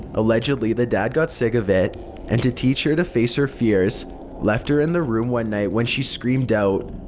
allegedly the dad got sick of it and to teach her to face her fears left her in her room one night when she screamed out.